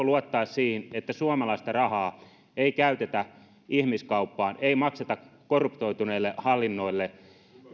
luottaa siihen että suomalaista rahaa ei käytetä ihmiskauppaan ei makseta korruptoituneille hallinnoille